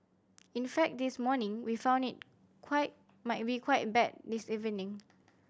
in fact this morning we found it quite might be quite bad this evening